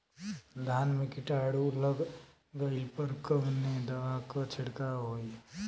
धान में कीटाणु लग गईले पर कवने दवा क छिड़काव होई?